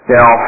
Now